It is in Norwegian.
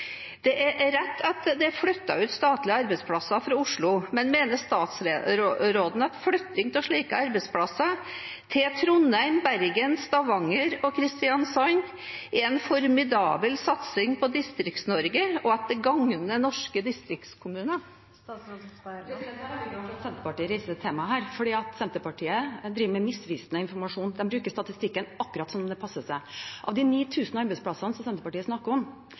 Det er rett at det er flyttet ut statlige arbeidsplasser fra Oslo, men mener statsråden at flytting av slike arbeidsplasser til Trondheim, Bergen, Stavanger og Kristiansand er en «formidabel satsing» på Distrikts-Norge, og at det gagner norske distriktskommuner? Jeg er veldig glad for at Senterpartiet reiser dette temaet, fordi Senterpartiet driver med misvisende informasjon, de bruker statistikken akkurat som det passer seg. Av de 9 000 arbeidsplassene som Senterpartiet snakker om,